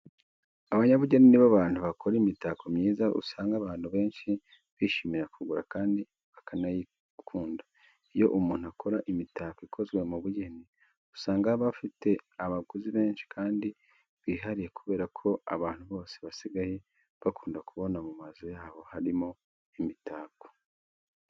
Abanyabugeni ni bo bantu bakora imitako myiza, usanga abantu benshi bishimira kugura kandi bakanayikunda. Iyo umuntu akora imitako ikozwe mu bugeni, usanga aba afite abaguzi benshi kandi bihariye kubera ko abantu bose basigaye bakunda kubona mu mazu yabo harimo imitako.